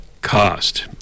cost